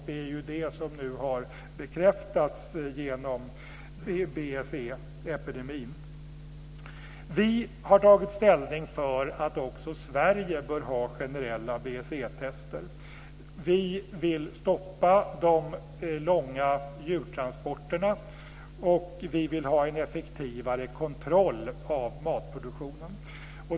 Det är ju det som nu också har bekräftats genom Vi har tagit ställning för att också Sverige bör ha generella BSE-tester. Vi vill stoppa de långa djurtransporterna, och vi vill ha en effektivare kontroll av matproduktionen.